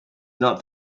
not